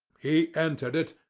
he entered it,